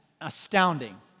astounding